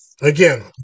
again